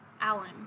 Alan